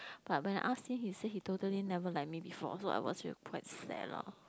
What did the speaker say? but when I ask him he said he totally never like me before so I was actually quite sad lor